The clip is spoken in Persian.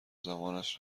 زمانش